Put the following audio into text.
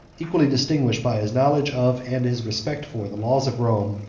equally distinguished by his knowledge of, and his respect for, the laws of rome,